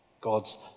God's